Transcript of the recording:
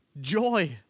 joy